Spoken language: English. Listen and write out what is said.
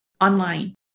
online